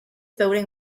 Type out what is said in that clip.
building